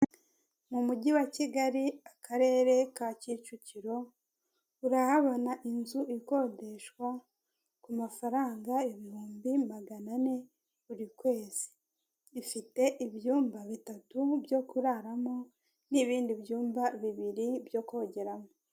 Mu mujyi wa kigali akarere ka kicukiro urahabona inzu ikodeshwa ku mafaranga ibihumbi magana ane buri kwezi, ifite ibyumba bitatu byo kuraramo, n'ibindi byumba bibiri byo kogeramo.